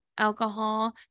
alcohol